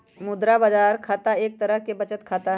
मुद्रा बाजार खाता एक तरह के बचत खाता हई